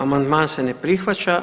Amandman se ne prihvaća.